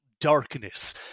darkness